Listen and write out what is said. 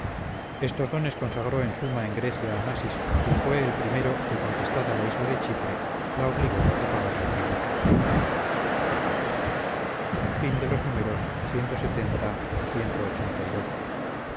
estos dones consagró en suma en grecia amasis quien fue el primero que conquistada la isla de chipre la obligó a pagarle tributo